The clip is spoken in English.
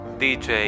dj